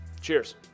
Cheers